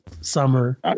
summer